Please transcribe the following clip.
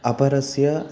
अपरस्य